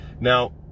Now